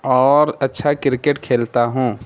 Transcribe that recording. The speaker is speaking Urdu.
اور اچھا کرکٹ کھیلتا ہوں